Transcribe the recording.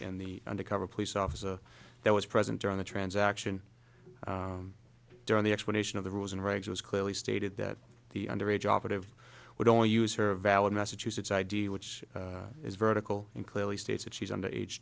and the undercover police officer that was present during the transaction during the explanation of the rules and regs was clearly stated that the underage operative would only use her valid massachusetts id which is vertical in clearly states that she's under age